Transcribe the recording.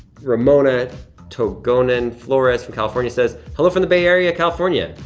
ramona togonin flores from california says, hello from the bay area, california.